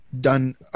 done